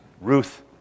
Ruth